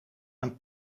een